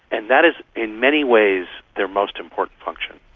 and that is in many ways their most important function.